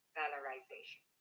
valorization